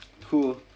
who